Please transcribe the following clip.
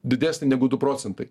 didesnį negu du procentai